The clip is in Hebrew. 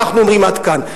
אנחנו אומרים: עד כאן.